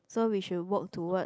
so we should work towards